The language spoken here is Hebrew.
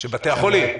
של בתי החולים.